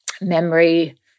memory